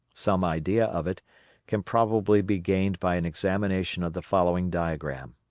some idea of it can probably be gained by an examination of the following diagram